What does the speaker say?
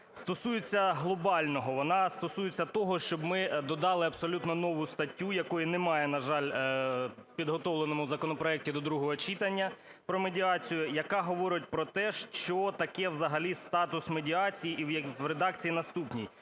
стосується глобального. Вона стосується того, щоб ми додали абсолютно нову статтю, якої немає, на жаль, в підготовленому законопроекті до другого читання про медіацію, яка говорить про те, що таке взагалі статус медіації, в редакції наступній: